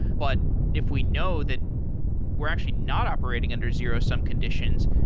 but if we know that we're actually not operating under zero-sum conditions,